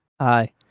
Hi